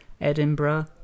Edinburgh